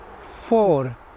four